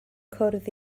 cwrdd